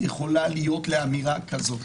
יכולה להיות לאמירה כזו?